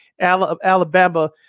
Alabama –